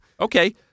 Okay